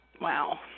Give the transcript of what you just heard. Wow